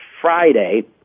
Friday